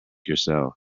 yourself